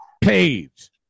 Page